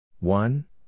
One